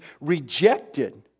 rejected